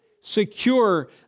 secure